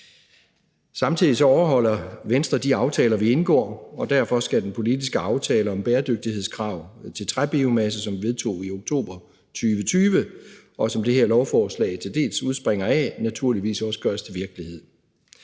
Samtidig overholder Venstre de aftaler, vi indgår, og derfor skal den politiske aftale om bæredygtighedskrav til træbiomasse, som vi vedtog i oktober 2020, og som det her lovforslag til dels udspringer af, naturligvis også gøres til virkelighed.